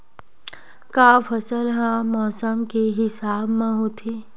का फसल ह मौसम के हिसाब म होथे?